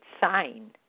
sign